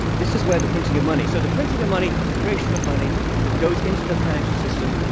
this is where the printing of money so the printing of money, the creation of money that goes into the financial system,